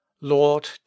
Lord